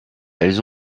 elles